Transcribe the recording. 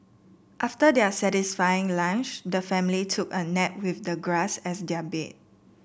after their satisfying lunch the family took a nap with the grass as their bed